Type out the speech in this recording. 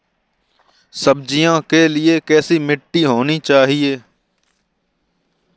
सब्जियों के लिए कैसी मिट्टी होनी चाहिए?